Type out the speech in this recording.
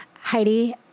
Heidi